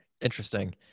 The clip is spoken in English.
Interesting